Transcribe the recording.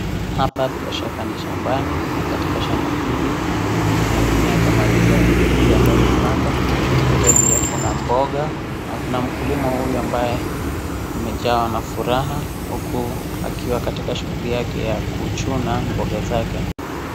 Hapa bila shaka ni shambani na katika shamba hili kuna mimea kama vile mahindi ambayo imepandwa vilevile kuna mboga na kuna mkulima huyu ambaye amejawa na furaha huku akiwa katika shughuli yake ya kuchuna mboga zake.